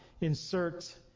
insert